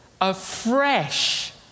afresh